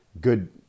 good